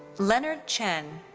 leonard chen.